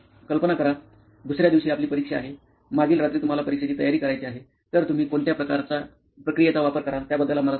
कल्पना करा दुसर्या दिवशी आपली परीक्षा आहे मागील रात्री तुम्हाला परीक्षेची तयारी करायची आहे तर तुम्ही कोणत्या प्रक्रियेचा वापर कराल त्या बद्दल आम्हाला सांगा